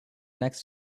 next